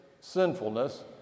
sinfulness